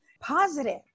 positive